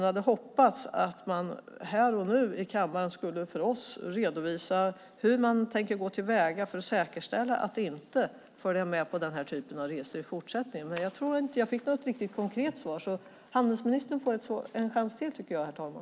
Jag hade hoppats att hon här och nu i kammaren för oss skulle redovisa hur hon tänker gå till väga för att säkerställa att hon inte följer med på den här typen av resor i fortsättningen. Jag fick inte något riktigt konkret svar, så handelsministern får en chans till, herr talman.